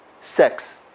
sex